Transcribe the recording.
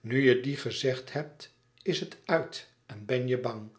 nu je die gezegd hebt is het uit en ben je bang